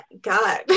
god